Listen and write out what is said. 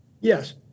Yes